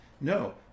no